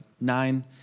nine